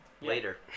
later